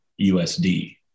USD